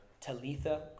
Talitha